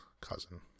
cousin